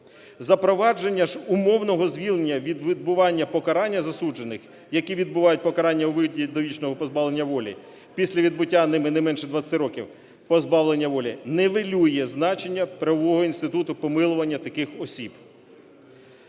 Запровадження ж умовного звільнення від відбування покарання засуджених, які відбувають покарання у виді довічного позбавлення волі після відбуття ними не менше 20 років позбавлення волі, нівелює значення правового інституту помилування таких осіб.